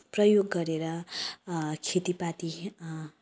प्रयोग गरेर खेतीपाती